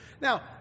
Now